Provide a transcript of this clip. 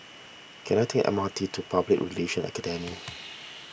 can I take M R T to Public Relations Academy